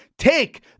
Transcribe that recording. Take